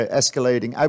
escalating